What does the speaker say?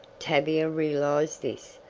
tavia realized this.